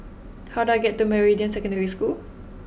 how do I get to Meridian Secondary School